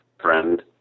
friend